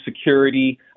security